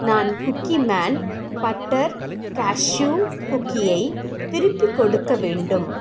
நான் Cookieman butter cashew குக்கீயை திருப்பிக் கொடுக்க வேண்டும்